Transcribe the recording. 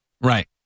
right